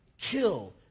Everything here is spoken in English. kill